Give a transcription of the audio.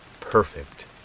Perfect